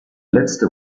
letzte